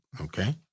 Okay